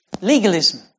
legalism